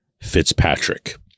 Fitzpatrick